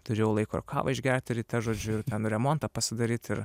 turėjau laiko kavą išgerti ryte žodžiu ten remontą pasidaryt ir